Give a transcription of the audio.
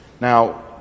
Now